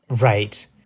Right